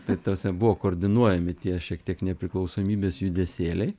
tai ta prasme buvo koordinuojami tie šiek tiek nepriklausomybės judesėliai